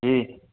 جی